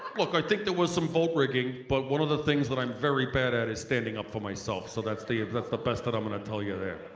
look i think there was some vote rigging but one of the things that i'm very bad at is standing up for myself so that's the, that's the best that i'm gonna tell you there.